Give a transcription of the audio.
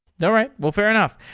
yeah all right, well fair enough.